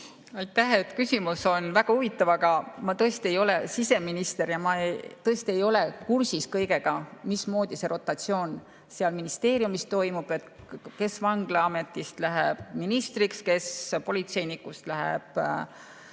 Aitäh! Küsimus on väga huvitav, aga ma ei ole siseminister ja ma tõesti ei ole kursis kõigega, mismoodi see rotatsioon seal ministeeriumis toimub, kes vanglaametist läheb ministriks, kes politseinikust läheb